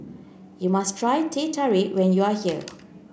you must try Teh Tarik when you are here